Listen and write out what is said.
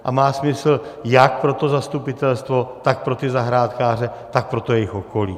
A má smysl jak pro zastupitelstvo, tak pro zahrádkáře, tak pro jejich okolí.